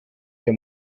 der